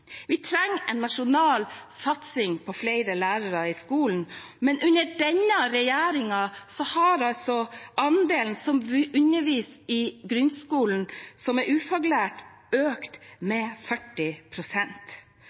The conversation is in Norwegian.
Vi trenger en nasjonal satsing på flere lærere i skolen, men under denne regjeringen har andelen ufaglærte som underviser i grunnskolen, økt med 40 pst., noe som